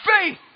faith